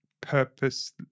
purpose